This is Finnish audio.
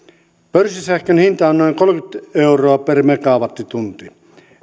pörssisähkön hinta on on noin kolmekymmentä euroa per megawattitunti